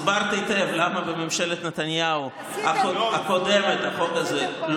הסברת היטב למה בממשלת נתניהו הקודמת החוק הזה לא קודם,